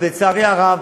לצערי הרב,